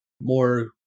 more